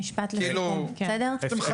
אנחנו משלמים כל מה שאנחנו חייבים לשלם.